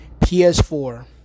PS4